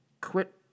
quit